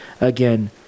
again